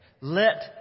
Let